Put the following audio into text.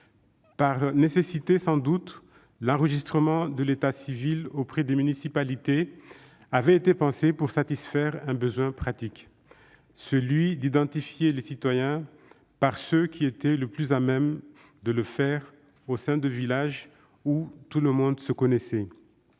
Par nécessité sans doute, l'enregistrement de l'état civil auprès des municipalités avait été pensé pour satisfaire un besoin pratique : identifier les citoyens en recourant à ceux qui étaient le plus à même de le faire au sein de villages où « tout le monde se connaissait